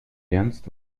ernst